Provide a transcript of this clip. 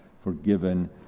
forgiven